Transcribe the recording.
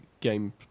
game